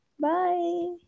bye